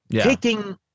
taking